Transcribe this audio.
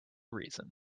reason